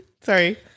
Sorry